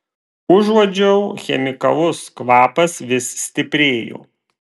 užuodžiau chemikalus kvapas vis stiprėjo